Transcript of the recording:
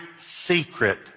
secret